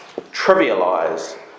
trivialize